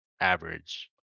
average